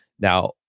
now